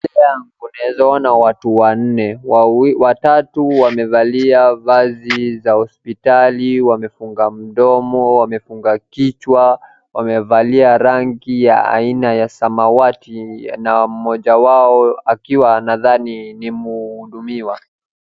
Mbele yangu naeza ona watu wanne, watatu wamevalia vazi za hospitali, wamefunga mdomo, wamefunga kichwa, wamevalia rangi ya aina ya samawati na mmoja wao akiwa nadhani ni mhudumiwa.